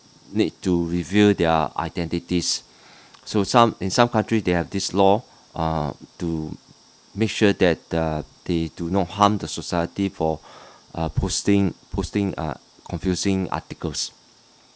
need to reveal their identities so some in some country they have this law uh to make sure that the they do not harm the society for uh posting posting uh confusing articles